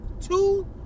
Two